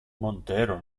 montero